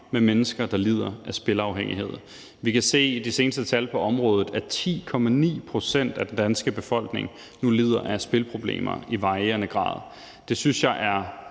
med mennesker, der lider af spilafhængighed. Vi kan se af de seneste tal på området, at 10,9 pct. af den danske befolkning nu lider af spilproblemer i varierende grad. Det synes jeg er